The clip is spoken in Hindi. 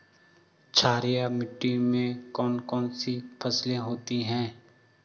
क्षारीय मिट्टी में कौन कौन सी फसलें होती हैं?